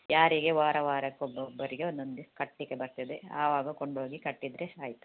ಯಾರಿಗೆ ವಾರ ವಾರಕ್ಕೆ ಒಬ್ಬೊಬ್ಬರಿಗೆ ಒಂದೊಂದು ಕಟ್ಟಲಿಕ್ಕೆ ಬರ್ತದೆ ಆವಾಗ ಕೊಂಡೋಗಿ ಕಟ್ಟಿದರೆ ಆಯಿತು